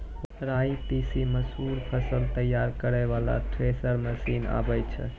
राई तीसी मसूर फसल तैयारी करै वाला थेसर मसीन आबै छै?